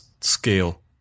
scale